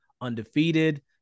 undefeated